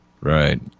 Right